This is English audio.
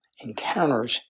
encounters